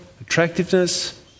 attractiveness